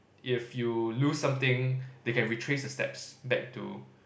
if you lose something they can retrace the steps back to